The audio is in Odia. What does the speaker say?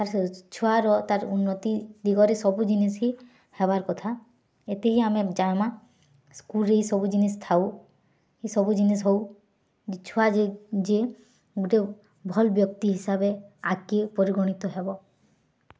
ଛୁଆର ତାର୍ ଉନ୍ନତି ଦିଗରେ ସବୁ ଜିନିଷ୍କି ହେବାର୍ କଥା ଏତିକି ଆମେ ଜାନ୍ମା ସ୍କଲ୍ରେ ଏଇ ସବୁ ଜିନିଷ୍ ଥାଉ ଏଇ ସବୁ ଜିନିଷ୍ ହଉ ଛୁଆଯେ ଗୁଟେ ଭଲ୍ ବ୍ୟକ୍ତି ହିସାବେ ଆଗକେ ପରିଗଣିତ୍ ହେବ